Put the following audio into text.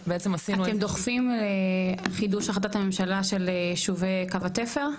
בעצם עשינו --- אתם דוחפים לחידוש החלטת הממשלה של יישובי קו התפר?